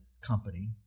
company